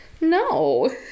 No